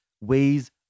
ways